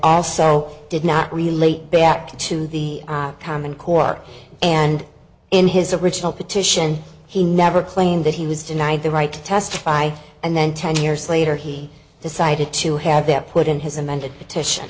did not relate back to the common court and in his original petition he never claimed that he was denied the right to testify and then ten years later he decided to have them put in his amended petition